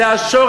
זה לא תורה,